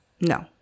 No